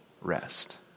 rest